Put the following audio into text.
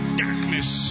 darkness